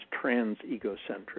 trans-egocentric